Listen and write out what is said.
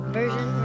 version